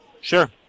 Sure